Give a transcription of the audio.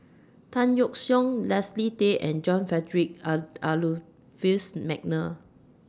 Tan Yeok Seong Leslie Tay and John Frederick Adolphus Mcnair